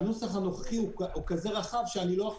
והנוסח הנוכחי הוא כזה רחב שאני לא יכול